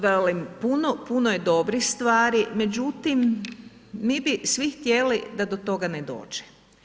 Velim puno, puno je dobrih stvari, međutim mi bi svi htjeli da do toga ne dođe.